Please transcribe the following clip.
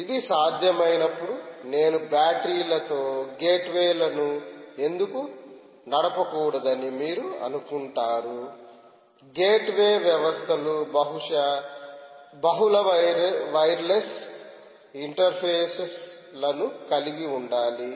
ఇది సాధ్యమైనప్పుడు నేను బ్యాటరీ లతో గేట్వే లను ఎందుకు నడప కూడదని మీరు అనుకుంటారు గేట్వే వ్యవస్థ లు బహుశా బహుళ వైర్లెస్ ఇంటర్ఫేస్లను కలిగి ఉండాలి